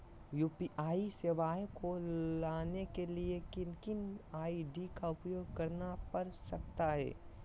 UPI सेवाएं को लाने के लिए किन किन आई.डी का उपयोग करना पड़ सकता है?